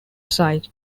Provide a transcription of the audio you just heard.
site